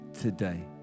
today